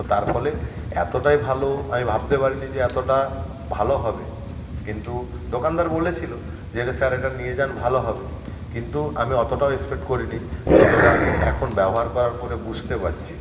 তো তার ফলে এতটাই ভালো আমি ভাবতে পারি নি যে এতটা ভালো হবে কিন্তু দোকানদার বলেছিলো যে যে স্যার এটা নিয়ে যান ভালো হবে কিন্তু আমি অতোটাও এক্সপেক্ট করি নি যতটা আমি এখন ব্যবহার করার পরে বুঝতে পারছি